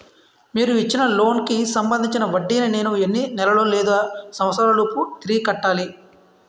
మీరు ఇచ్చిన లోన్ కి సంబందించిన వడ్డీని నేను ఎన్ని నెలలు లేదా సంవత్సరాలలోపు తిరిగి కట్టాలి?